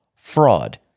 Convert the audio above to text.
Fraud